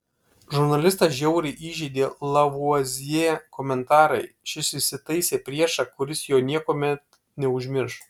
žurnalistą žiauriai įžeidė lavuazjė komentarai šis įsitaisė priešą kuris jo niekuomet neužmirš